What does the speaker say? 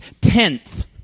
tenth